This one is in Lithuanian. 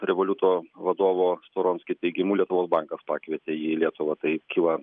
revoliuto vadovo storonskio teigimu lietuvos bankas pakvietė jį į lietuvą tai kyla